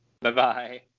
Bye-bye